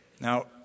Now